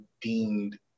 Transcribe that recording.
deemed